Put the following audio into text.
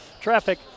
Traffic